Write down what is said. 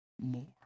more